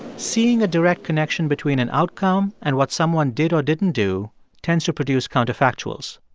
seeing a direct connection between an outcome and what someone did or didn't do tends to produce counterfactuals.